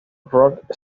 rock